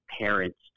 parents